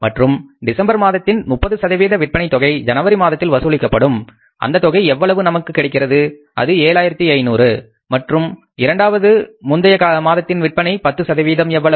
மற்றும் டிசம்பர் மாதத்தின் 30 சதவீத விற்பனை தொகை ஜனவரி மாதத்தில் வசூலிக்கப்படும் அந்த தொகை எவ்வளவு நமக்கு கிடைக்கின்றது அது 7500 மற்றும் இரண்டாவது முந்தைய மாதத்தின் விற்பனையில் 10 எவ்வளவு